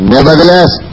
Nevertheless